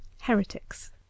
HERETICS